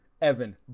Evan